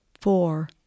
four